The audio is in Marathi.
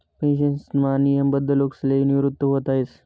पेन्शनमा नियमबद्ध लोकसले निवृत व्हता येस